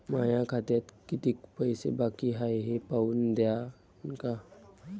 माया खात्यात कितीक पैसे बाकी हाय हे पाहून द्यान का?